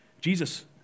Jesus